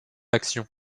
action